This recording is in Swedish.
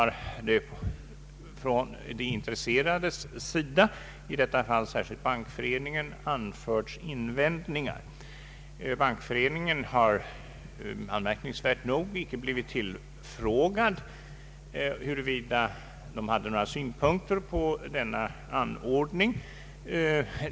Mot detta har från de intresserades sida, i detta fall särskilt Bankföreningen, rests invändningar. Bankföreningen har anmärkningsvärt nog inte blivit till frågad huruvida den hade några synpunkter på denna anordning.